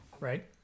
right